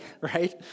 right